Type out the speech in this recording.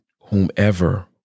whomever